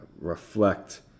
reflect